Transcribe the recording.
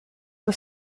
for